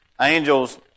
angels